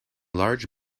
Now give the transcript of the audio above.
large